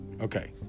Okay